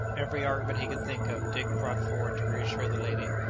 every argument he could think of, dick brought forward to reassure the lady.